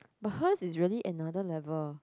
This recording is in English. but hers is really another level